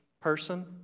person